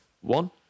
One